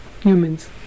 humans